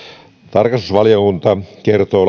tarkastusvaliokunta kertoo